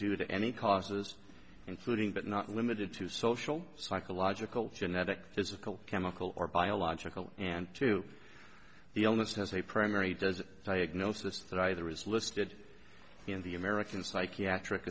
due to any causes including but not limited to social psychological genetic physical chemical or biological and to the illness has a primary does diagnosis that either is listed in the american psychiatric